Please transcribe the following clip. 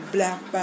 Black